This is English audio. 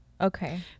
okay